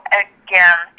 again